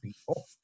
people